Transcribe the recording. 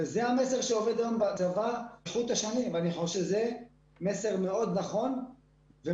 זה המסר שעובר היום כחוט השני ואני חושב שזה מסר מאוד נכון ומדויק.